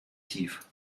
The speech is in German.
tief